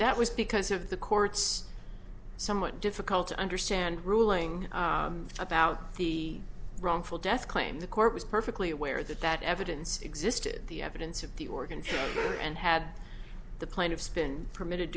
that was because of the court's somewhat difficult to understand ruling about the wrongful death claim the court was perfectly aware that that evidence existed the evidence of the organ and had the plaintiffs been permitted